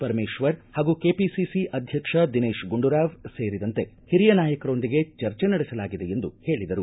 ಪರಮೇಶ್ವರ್ ಹಾಗೂ ಕೆಪಿಸಿಸಿ ಅಧ್ಯಕ್ಷ ದಿನೇಶ್ ಗುಂಡೂರಾವ್ ಸೇರಿದಂತೆ ಹಿರಿಯ ನಾಯಕರೊಂದಿಗೆ ಚರ್ಚೆ ನಡೆಸಲಾಗಿದೆ ಎಂದು ಹೇಳಿದರು